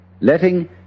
letting